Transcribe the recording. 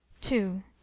two